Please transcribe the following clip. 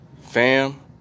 Fam